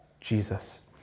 Jesus